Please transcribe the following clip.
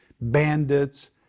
bandits